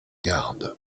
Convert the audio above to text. gardes